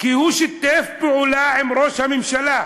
כי הוא שיתף פעולה עם ראש הממשלה.